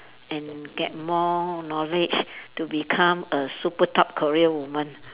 and get more knowledge to become a super top career woman